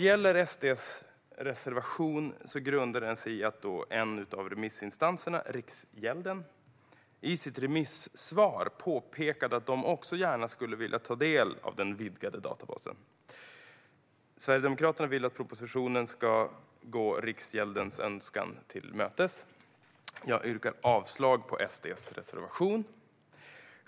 SD:s reservation grundar sig på att en av remissinstanserna, Riksgälden, i sitt remissvar påpekat att de också gärna skulle vilja ta del av den vidgade databasen. Sverigedemokraterna vill att propositionen ska gå Riksgäldens önskan till mötes. Jag yrkar avslag på SD:s reservation.